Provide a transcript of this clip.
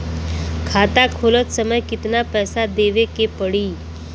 खाता खोलत समय कितना पैसा देवे के पड़ी?